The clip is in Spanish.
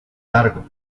largo